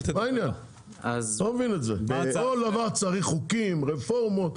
אני לא מבין את זה, כל דבר צריך חוקים, רפורמות?